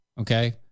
Okay